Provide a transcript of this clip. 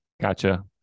gotcha